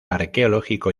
arqueológico